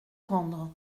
rendre